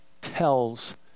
tells